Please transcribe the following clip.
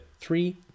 three